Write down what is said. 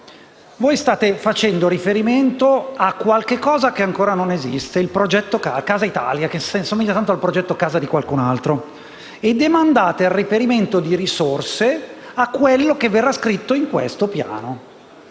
voi state facendo riferimento a qualcosa che ancora non esiste, il progetto Casa Italia (che somiglia tanto al "progetto casa" di qualcun'altro), e demandate il reperimento di risorse a quanto verrà in esso scritto.